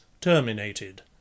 terminated